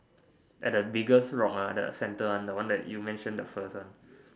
at bigger frog ah the center one the one that you mention the first one